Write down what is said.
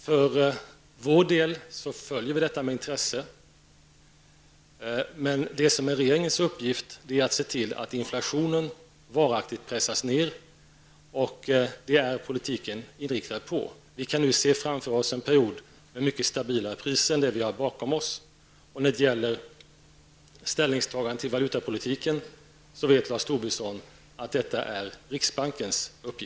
För vår del följer vi detta med intresse, men regeringens uppgift är att se till att inflationen varaktigt pressas ned, och det är politiken också inriktad på. Vi kan nu se framför oss en period med mycket stabilare priser än under den period som vi har bakom oss. Uppgiften att ta ställning till valutapolitiken åligger, som Lars